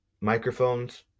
microphones